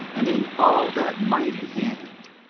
and in all that mighty hand,